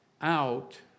out